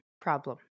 Problem